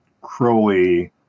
Crowley